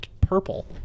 purple